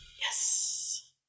Yes